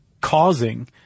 causing